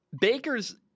Baker's